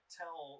tell